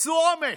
תפסו אומץ.